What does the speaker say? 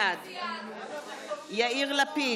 בעד יאיר לפיד,